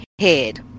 head